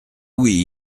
oui